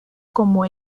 como